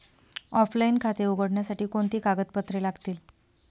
Offline खाते उघडण्यासाठी कोणती कागदपत्रे लागतील?